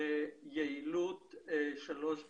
ליעילות של שלוש פגישות,